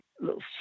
little